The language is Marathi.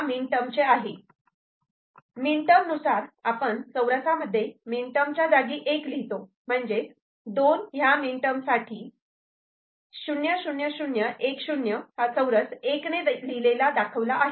मिन टर्म नुसार आपण चौरसमध्ये मिन टर्म च्या जागी 1 लिहितो म्हणजेच 2 ह्या मिन टर्म साठी 2 00010 1 लिहिलेला दाखवला आहे